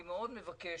אני מבקש